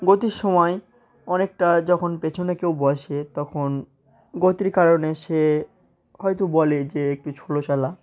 গতির সময় অনেকটা যখন পেছনে কেউ বসে তখন গতির কারণে সে হয়তো বলে যে একটু স্লো চালা